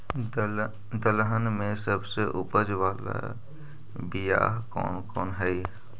दलहन में सबसे उपज बाला बियाह कौन कौन हइ?